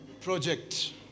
project